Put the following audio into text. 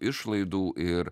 išlaidų ir